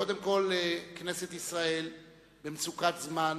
קודם כול, כנסת ישראל במצוקת זמן